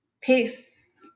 peace